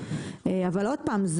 אבל עוד פעם,